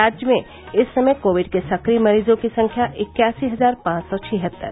राज्य में इस समय कोविड के सक्रिय मरीजों की संख्या इक्यासी हजार पांच सौ छिहत्तर